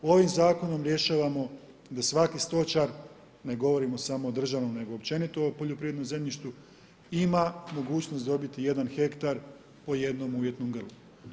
Ovim zakonom rješavamo da svaki stočar, ne govorimo, samo o državnim, nego općenito o poljoprivrednom zemljištu, ima mogućnost dobiti jedan hektar po jednom uvjetom grlu.